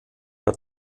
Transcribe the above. der